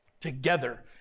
together